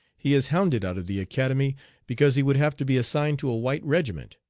he is hounded out of the academy because he would have to be assigned to a white regiment!